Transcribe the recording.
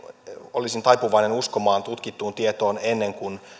olisin taipuvainen uskomaan tutkittuun tietoon ennen kuin